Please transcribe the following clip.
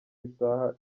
isaha